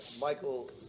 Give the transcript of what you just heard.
Michael